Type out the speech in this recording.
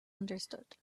understood